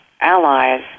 allies